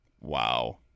Wow